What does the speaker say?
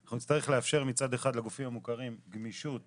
אנחנו נצטרך לאפשר מצד אחד לגופים המוכרים גמישות,